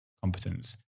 competence